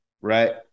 right